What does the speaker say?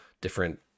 different